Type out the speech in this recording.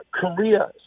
Korea